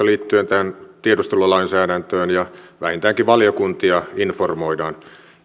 liittyen tähän tiedustelulainsäädäntöön vähintäänkin valiokuntia informoidaan